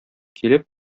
килеп